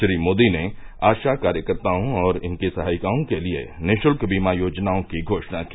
श्री मोदी ने आशा कार्यकर्ताओं और इनकी सहायिकाओं के लिए निशुल्क बीमा योजनाओं की घोषणा की